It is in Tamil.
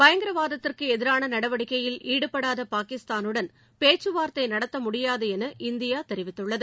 பயங்கரவாதத்திற்கு எதிரான நடவடிக்கையில் ஈடுபடாத பாகிஸ்தானுடன் பேச்சுவார்த்தை நடத்த முடியாது என இந்தியா தெரிவித்துள்ளது